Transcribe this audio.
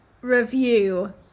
review